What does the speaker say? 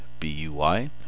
B-U-Y